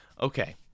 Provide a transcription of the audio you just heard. Okay